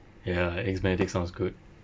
ya eggs benedict sounds good